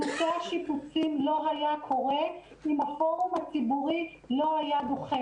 נושא השיפוצים לא היה קורה אם הפורום הציבורי לא היה דוחף.